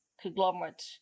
conglomerate